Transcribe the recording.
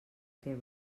què